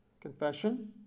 confession